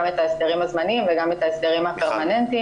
את ההסדרים הזמניים וגם את ההסדרים הפרמננטיים